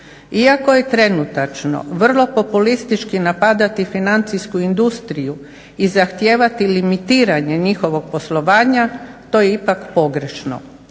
Iako je trenutačno vrlo populistički napadati financijsku industriju i zahtijevati limitiranje njihovog poslovanja to je ipak pogrešno.